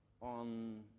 on